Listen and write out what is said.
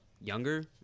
younger